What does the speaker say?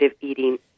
eating